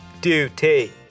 duty